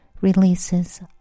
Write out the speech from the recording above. releases